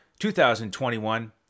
2021